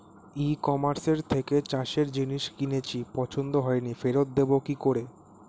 ই কমার্সের থেকে চাষের জিনিস কিনেছি পছন্দ হয়নি ফেরত দেব কী করে?